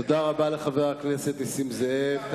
תודה רבה לחבר הכנסת נסים זאב.